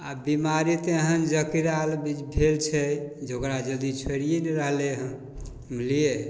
आओर बेमारी तेहन जकरैल भेल छै जे ओकरा जल्दी छोड़िए नहि रहलै हँ बुझलिए